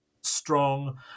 strong